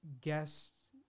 guests